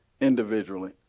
individually